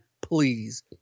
Please